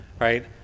right